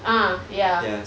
ah ya